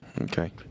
Okay